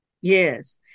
Yes